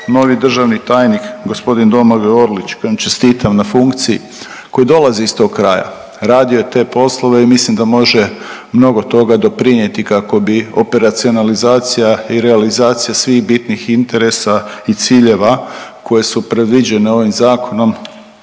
novi državni tajnik g. Domagoj Orlić kojem čestitam na funkciji koji dolazi iz tog kraja, radio je te poslove i mislim da može mnogo toga doprinijeti kako bi operacionalizacija i realizacija svih bitnih interesa i ciljeva koje su predviđene ovim zakonom,